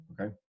okay